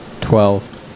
Twelve